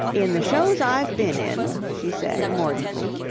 in the shows i've been in, she said, mordantly,